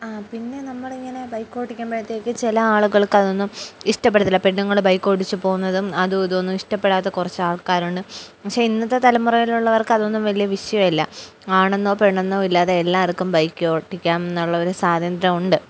ആ പിന്നെ നമ്മളിങ്ങനെ ബൈക്ക് ഓടിക്കാൻ്പഴത്തേക്കക്ക് ചെല ആളുകൾക്ക് അതൊന്നും ഇഷ്ടപ്പെടുത്തില്ല പെണ്ു ബൈക്ക് ഓടിിച്ചച്ച് പോകുന്നതും അതും ഇതൊന്നും ഇഷ്ടപ്പെടാത്ത കൊറച്ച് ആൾക്കാരുുണ്ട് പക്ഷെ ഇന്നത്തെ തലമുറയിലുള്ളവർക്ക് അതൊന്നും വല്യ വിഷയല്ല ആണെന്നോ പെണ്ണെന്നോ ഇല്ലാതെ എല്ലാർക്കും ബൈക്ക് ഓട്ടിക്കാം എന്നുള്ള ഒരു സ്വാതന്ത്ര്യം ഉണ്ട്